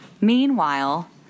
Meanwhile